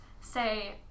say